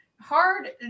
hard